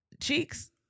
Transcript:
cheeks